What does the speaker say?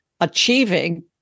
achieving